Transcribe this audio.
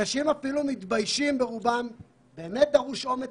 רוב האנשים מתביישים כי באמת דרוש אומץ